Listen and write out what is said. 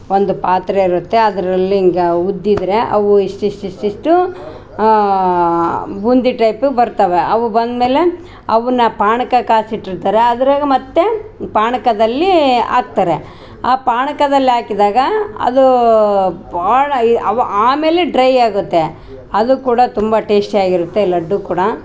ಒಂದು ಪಾತ್ರೆ ಇರತ್ತೆ ಅದರಲ್ಲೀಗ ಉದ್ದಿದರೆ ಅವು ಇಷ್ಟ್ ಇಶ್ ಇಶ್ ಇಷ್ಟು ಬೂಂದಿ ಟೈಪ್ ಬರ್ತವೆ ಅವು ಬಂದ ಮೇಲೆ ಅವುನ್ನ ಪಾನಕ ಕಾಸ್ ಇಟ್ಟಿರ್ತಾರೆ ಅದ್ರಗ್ ಮತ್ತು ಪಾನಕದಲ್ಲಿ ಹಾಕ್ತಾರೆ ಆ ಪಾನಕದಲ್ಲಿ ಹಾಕಿದಾಗ ಅದು ಬಾಳ ಈ ಅವ್ ಆಮೇಲೆ ಡ್ರಯ್ ಆಗತ್ತೆ ಅದು ಕೂಡ ತುಂಬ ಟೇಸ್ಟಿ ಆಗಿರತ್ತೆ ಲಡ್ಡು ಕೂಡ